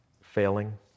failing